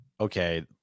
okay